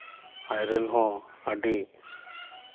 ᱟᱡ ᱨᱮᱱ ᱦᱚᱸ ᱟᱹᱰᱤ